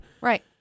Right